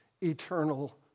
eternal